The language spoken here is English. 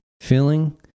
feeling